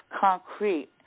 concrete